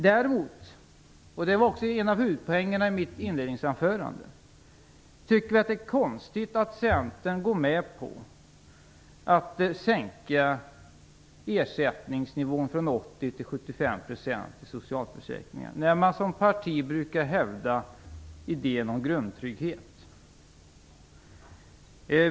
Däremot tycker vi att det är konstigt att Centern går med på att sänka ersättningsnivån i socialförsäkringarna från 80 till 75 %. Det var också en av huvudpoängerna i mitt inledningsanförande. Centern som parti brukar ju hävda idén om grundtrygghet.